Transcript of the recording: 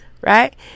Right